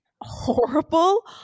horrible